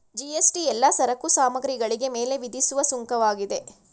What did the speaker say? GST ಎಲ್ಲಾ ಸರಕು ಸಾಮಗ್ರಿಗಳಿಗೆ ಮೇಲೆ ವಿಧಿಸುವ ಸುಂಕವಾಗಿದೆ